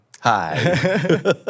Hi